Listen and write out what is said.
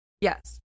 Yes